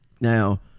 Now